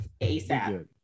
ASAP